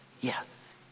Yes